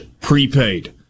prepaid